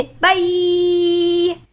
Bye